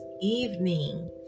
evening